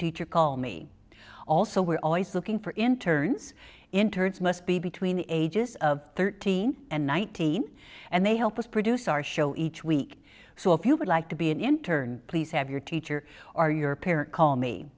teacher call me also we're always looking for interns interns must be between the ages of thirteen and nineteen and they help us produce our show each week so if you would like to be an intern please have your teacher or your parent call me